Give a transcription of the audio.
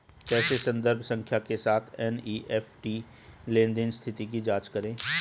कैसे संदर्भ संख्या के साथ एन.ई.एफ.टी लेनदेन स्थिति की जांच करें?